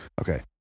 Okay